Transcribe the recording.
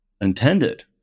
intended